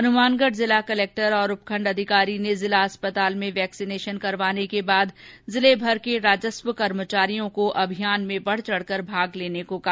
हनमानगढ जिला कलेक्टर और उपखंड अधिकारी ने जिला अस्पताल में वैक्सीनेशन करवाने के बाद जिले भर के राजस्व कर्मचारियों को अभियान में बढ़ चढ़कर भाग लेने को कहा